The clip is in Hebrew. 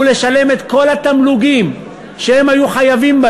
הוא לשלם את כל התמלוגים שהם היו חייבים.